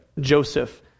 Joseph